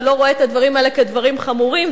שלא רואה את הדברים האלה כדברים חמורים.